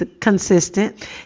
consistent